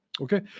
Okay